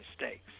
mistakes